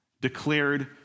declared